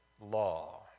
law